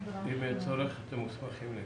אם יהיה צורך, אתן מוסמכות לכך.